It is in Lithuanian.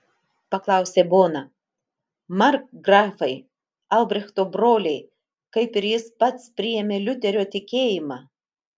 paklausė bona markgrafai albrechto broliai kaip ir jis pats priėmė liuterio tikėjimą